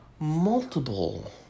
multiple